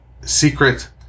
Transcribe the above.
secret